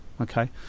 Okay